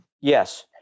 Yes